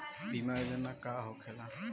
बीमा योजना का होखे ला?